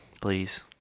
please